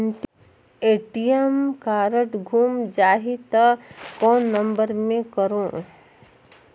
ATM card गुम जाही त कौन नम्बर मे करव?